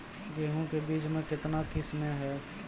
गेहूँ के बीज के कितने किसमें है?